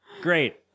Great